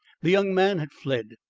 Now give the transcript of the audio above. the young man had fled,